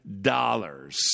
dollars